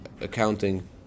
accounting